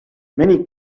many